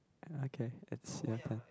uh okay it's certain